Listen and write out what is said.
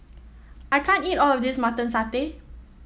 I can't eat all of this Mutton Satay